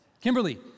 Kimberly